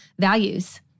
values